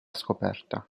scoperta